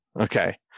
Okay